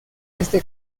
este